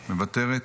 מוותרת,